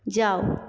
जाओ